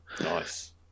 Nice